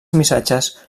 missatges